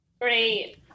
Great